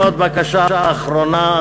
ועוד בקשה אחרונה,